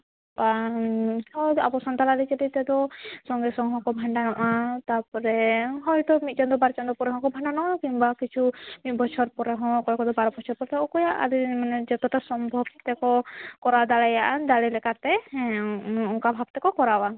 ᱟᱵᱚ ᱥᱟᱱᱛᱟᱲᱟᱜ ᱟᱹᱨᱤᱪᱟᱹᱞᱤ ᱛᱮᱫᱚ ᱥᱚᱸᱜᱮ ᱥᱚᱝ ᱦᱚᱸᱠᱚ ᱵᱷᱟᱸᱰᱟᱱᱚᱜᱼᱟ ᱛᱟᱨᱯᱚᱨᱮ ᱦᱚᱭᱛᱳ ᱢᱤᱫ ᱪᱟᱸᱫᱚ ᱵᱟᱨ ᱪᱟᱸᱫᱚ ᱯᱚᱨᱮ ᱦᱚᱸᱠᱚ ᱵᱷᱟᱸᱰᱟᱱᱚᱜᱼᱟ ᱠᱤᱢᱵᱟ ᱠᱤᱪᱷᱩ ᱵᱚᱪᱷᱚᱨ ᱯᱚᱨᱮ ᱦᱚᱸ ᱚᱠᱚᱭ ᱠᱚᱫᱚ ᱵᱟᱨ ᱵᱚᱪᱷᱚᱨ ᱯᱚᱨᱮ ᱚᱠᱚᱭᱟᱜ ᱢᱟᱱᱮ ᱡᱚᱛᱚᱴᱟ ᱥᱚᱢᱵᱷᱚᱵᱽ ᱛᱮᱠᱚ ᱠᱚᱨᱟᱣ ᱫᱟᱲᱮᱭᱟᱜᱼᱟ ᱫᱟᱲᱮ ᱞᱮᱠᱟᱛᱮ ᱦᱮᱸ ᱚᱱᱠᱟ ᱵᱷᱟᱵᱽ ᱛᱮᱠᱚ ᱠᱚᱨᱟᱣᱟ